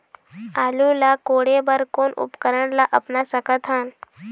आलू ला कोड़े बर कोन उपकरण ला अपना सकथन?